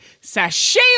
Sashay